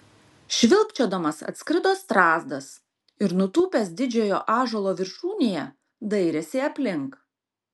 švilpčiodamas atskrido strazdas ir nutūpęs didžiojo ąžuolo viršūnėje dairėsi aplink